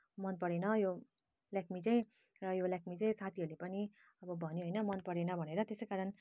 मन परेन यो ल्याक्मे चाहिँ र यो ल्याक्मे चाहिँ साथीहरूले पनि अब भने होइन मन परेन भनेर त्यसै कारण